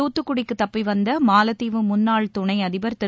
தூத்துக்குடிக்கு தப்பி வந்த மாலத்தீவு முன்னாள் துணை அதிபர் திரு